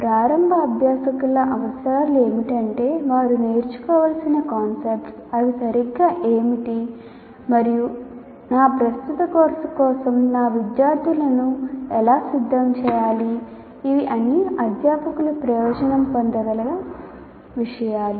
ప్రారంభ అభ్యాసకుల అవసరాలు ఏమిటంటే వారు నేర్చుకోవలసిన కాన్సెప్ట్స్ అవి సరిగ్గా ఏమిటి మరియు నా ప్రస్తుత కోర్సు కోసం నా విద్యార్థులను ఎలా సిద్ధం చేయాలి ఇవి అన్ని అధ్యాపకులు ప్రయోజనం పొందగల విషయాలు